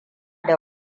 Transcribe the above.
da